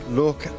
look